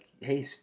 hey